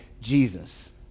Jesus